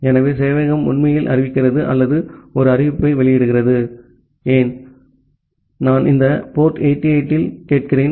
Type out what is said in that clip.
ஆகவே சேவையகம் உண்மையில் அறிவிக்கிறது அல்லது ஒரு அறிவிப்பை வெளியிடுகிறது நான் இந்த போர்ட் 8080 இல் கேட்கிறேன்